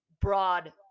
broad